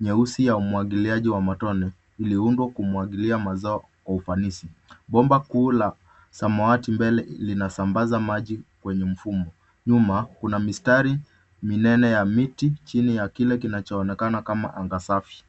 nyeusi ya umwagiliaji wa matone iliundwa kumwagilia mazao kwa ufanisi. Bomba kuu la samawati mbele linasambaza maji kwenye mfumo. Nyuma kuna mistari minene ya miti chini ya kile kinachoonekana kama anga safi.